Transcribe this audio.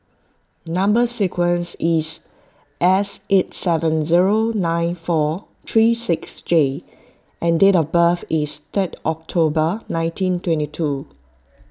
Number Sequence is S eight seven zero nine four three six J and date of birth is third October nineteen twenty two